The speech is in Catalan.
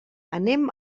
anem